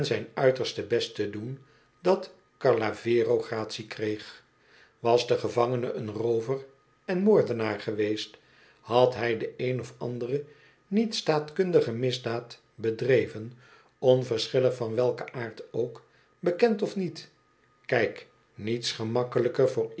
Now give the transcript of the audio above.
zijn uiterste best te doen dat carlavero gratie kreeg was de gevangene een roover en moordenaar geweest had hij de een of andere nietstaatkundige misdaad bedreven onverschillig van welken aard ook bekend of niet kijk niets gemakkelijker voor